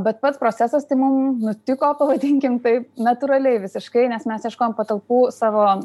bet pats procesas tai mum nutiko pavadinkim taip natūraliai visiškai nes mes ieškojom patalpų savo